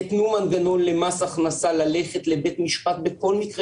תיתנו מנגנון למס הכנסה ללכת לבית משפט בכל מקרה